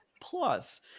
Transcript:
Plus